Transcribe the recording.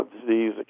disease